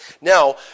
Now